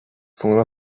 furono